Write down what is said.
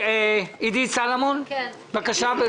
עידית סילמן, בבקשה.